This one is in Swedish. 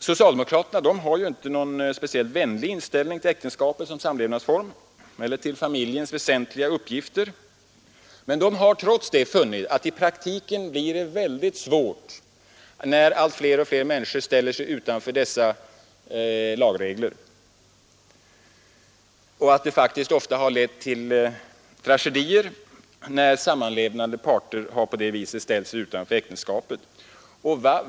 Socialdemokraterna har ju inte någon speciellt vänlig inställning till äktenskapet som samlevnadsform eller till familjens väsentliga uppgifter, men de har trots det funnit att det i praktiken blir mycket stora svårigheter när allt fler människor ställer sig utanför dessa lagregler och att det faktiskt ofta har lett till tragedier när sammanlevande parter har ställt sig utanför äktenskapet.